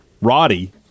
Roddy